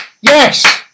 Yes